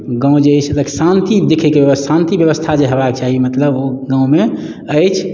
गाम जे अछि शान्ति देखैके व्यव शान्ति व्यवस्था जे होयबाक चाही मतलब ओ गाममे अछि